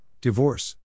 Divorce